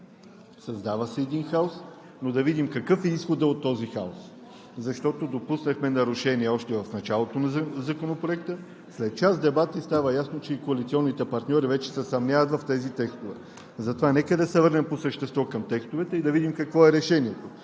Създава се един хаос, но да видим какъв е изходът от този хаос! Защото допуснахме нарушения още в началото на Законопроекта, а след час дебати става ясно, че и коалиционните партньори се съмняват в тези текстове. Затова нека да се върнем по същество към текстовете и да видим какво е решението,